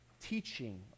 teaching